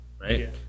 right